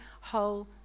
whole